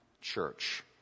church